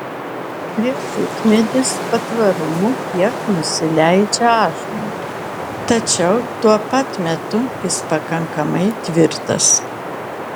riešutmedis patvarumu kiek nusileidžia ąžuolui tačiau tuo pat metu jis pakankamai tvirtas